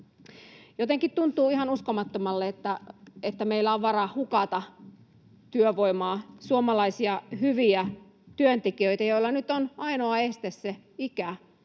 Jotenkin tuntuu ihan uskomattomalle, että meillä on vara hukata työvoimaa, suomalaisia hyviä työntekijöitä, joilla nyt on ainoa este se ikä,